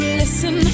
listen